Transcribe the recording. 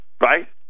Right